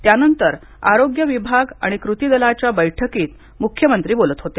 त्यानंतर आरोग्य विभाग आणि कृती दलाच्या बैठकीत मुख्यमंत्री बोलत होते